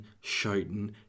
shouting